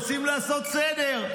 רוצים לעשות סדר.